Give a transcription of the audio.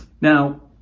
Now